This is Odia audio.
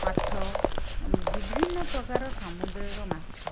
ମାଛ ବିଭିନ୍ନ ପ୍ରକାର ସାମୁଦ୍ରିକ ମାଛ